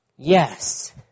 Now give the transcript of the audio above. Yes